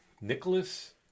Nicholas